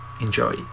Enjoy